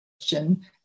question